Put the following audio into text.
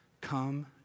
Come